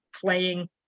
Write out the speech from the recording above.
playing